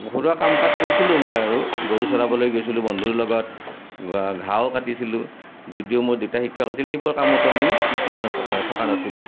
ঘৰুৱা কাম কাজ কৰিছিলোঁ মই আৰু গৰু চৰাবলৈ গৈছিলোঁ বন্ধুৰ লগত ঘাঁহো কাটিছিলোঁ যদিও মোৰ দেউতা শিক্ষক আছিল সেইবোৰ কামতো আমি পিছুৱাই থকা নাছিলোঁ